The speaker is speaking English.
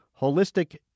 holistic